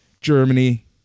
Germany